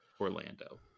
Orlando